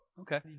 okay